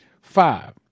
Five